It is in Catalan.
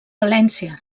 valència